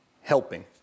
helping